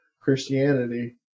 christianity